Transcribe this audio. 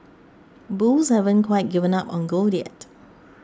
bulls haven't quite given up on gold yet